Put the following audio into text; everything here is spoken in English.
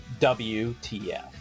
WTF